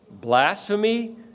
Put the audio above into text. blasphemy